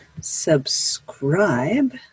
subscribe